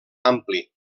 ampli